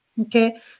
okay